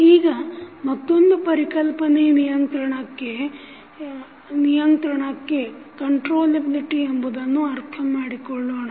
ಈಗ ಮತ್ತೊಂದು ಪರಿಕಲ್ಪನೆ ನಿಯಂತ್ರಣಕ್ಕೆ ಎಂಬುದನ್ನು ಅರ್ಥಮಾಡಿಕೊಳ್ಳೋಣ